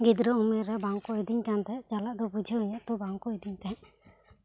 ᱜᱤᱫᱽᱨᱟᱹ ᱩᱢᱮᱨ ᱨᱮ ᱵᱟᱝ ᱠᱚ ᱤᱫᱤᱧ ᱠᱟᱱ ᱛᱟᱦᱮᱸ ᱪᱟᱞᱟᱜ ᱫᱚ ᱵᱩᱡᱷᱟᱹᱣ ᱤᱧᱟᱹ ᱛᱚ ᱵᱟᱝ ᱠᱚ ᱤᱫᱤᱧ ᱛᱟᱦᱮᱸᱜ